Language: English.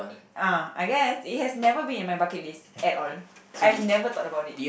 uh ah I guess it has never been in my bucket list at all I have never thought about it